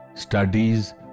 studies